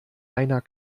einer